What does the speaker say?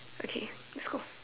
okay let's go